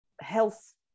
health